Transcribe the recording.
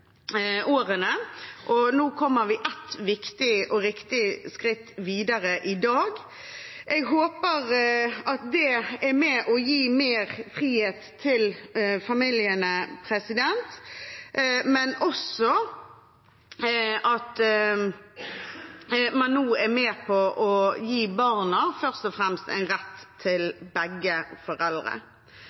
årene, og i dag kommer vi et viktig og riktig skritt videre. Jeg håper at det er med på å gi mer frihet til familiene, men også at man nå er med på å gi barna først og fremst en rett til begge foreldre.